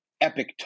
epic